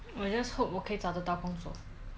我 just hope 我可以找得到工作